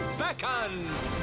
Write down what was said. beckons